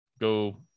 go